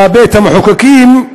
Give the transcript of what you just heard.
בבית המחוקקים,